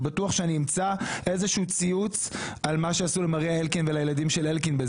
אני בטוח שאני אמצא איזשהו ציוץ על מה שעשו לה ולילדים של אלקין.